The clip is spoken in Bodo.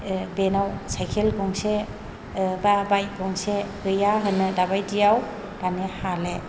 बेनाव साइकेल गंसे बा बाइक गंसे गैया होनो दाबायदियाव दानिया हाले